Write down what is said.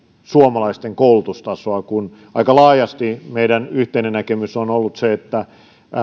suomalaisten koulutustasoa kun aika laajasti meidän yhteinen näkemys on ollut se että